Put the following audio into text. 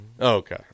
okay